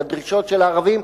לדרישות של הערבים,